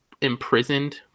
imprisoned